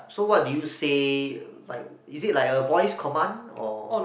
so what did you say like is it like a voice command or